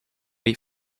wait